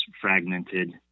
fragmented